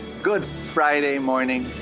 good friday morning,